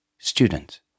Student